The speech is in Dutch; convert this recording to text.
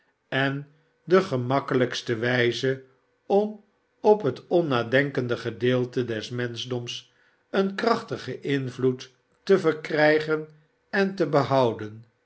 en de gemakkelijkste wijze om op het onnadenkende gedeelte des menschdoms een krachtigen invloed te verkrijgen en te behouden